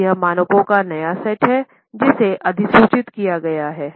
अब यह मानकों का नया सेट है जिसे अधिसूचित किया गया है